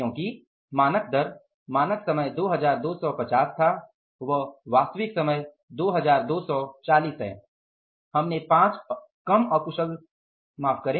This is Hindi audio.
क्योंकि मानक दर मानक समय 2250 था व् वास्तविक समय 2240 है